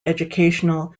educational